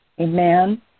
amen